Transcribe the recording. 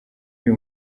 uyu